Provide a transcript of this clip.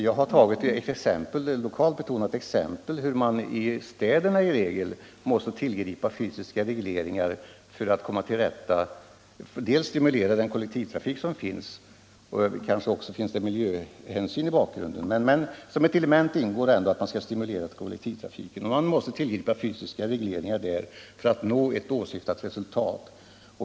Jag har tagit ett lokalt betonat exempel på hur man i städerna i regel måste tillgripa fysiska regleringar för att stimulera kollektivtrafiken — kanske det också finns miljöhänsyn i bakgrunden. Men som ett element ingår ändå att man måste tillgripa fysiska regleringar för att nå åsyftat resultat.